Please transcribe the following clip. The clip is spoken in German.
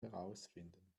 herausfinden